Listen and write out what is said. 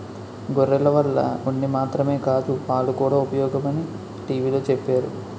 గొర్రెల వల్ల ఉన్ని మాత్రమే కాదు పాలుకూడా ఉపయోగమని టీ.వి లో చెప్పేరు